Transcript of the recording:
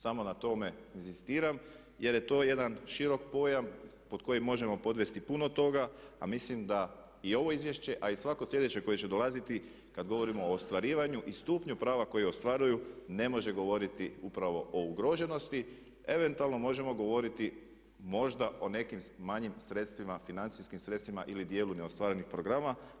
Samo na tome inzistiram jer je to jedan široki pojam pod koji možemo podvesti puno toga, a mislim da i ovo izvješće, a i svako sljedeće koje će dolaziti kad govorimo o ostvarivanju i stupnju prava koji ostvaruju ne može govoriti upravo o ugroženosti, eventualno možemo govoriti možda o nekim manjim sredstvima, financijskim sredstvima ili dijelu neostvarenih programa.